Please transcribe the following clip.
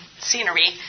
scenery